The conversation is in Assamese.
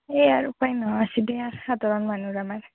সেইয়া আৰু উপায় নহোৱা হৈছি দে আৰ সাধাৰণ মানহুৰ আমাৰ